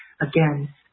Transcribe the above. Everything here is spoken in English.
Again